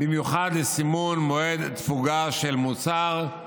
במיוחד לסימון מועד תפוגה של מוצר,